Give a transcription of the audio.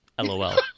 lol